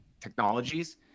technologies